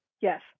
Yes